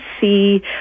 see